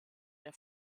der